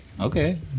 Okay